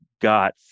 got